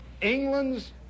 England's